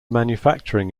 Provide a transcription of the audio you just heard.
manufacturing